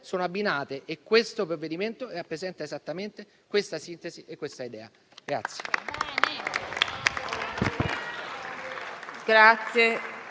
sono abbinate e questo provvedimento rappresenta esattamente questa sintesi e questa idea.